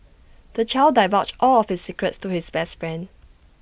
the child divulged all of his secrets to his best friend